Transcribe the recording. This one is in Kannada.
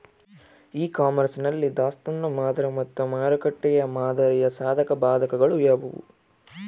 ಇ ಕಾಮರ್ಸ್ ನಲ್ಲಿ ದಾಸ್ತನು ಮಾದರಿ ಮತ್ತು ಮಾರುಕಟ್ಟೆ ಮಾದರಿಯ ಸಾಧಕಬಾಧಕಗಳು ಯಾವುವು?